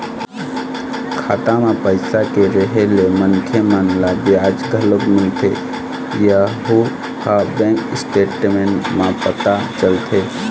खाता म पइसा के रेहे ले मनखे मन ल बियाज घलोक मिलथे यहूँ ह बैंक स्टेटमेंट म पता चलथे